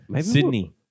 Sydney